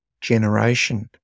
generation